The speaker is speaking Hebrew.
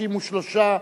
63,